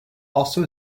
also